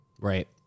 Right